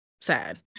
Sad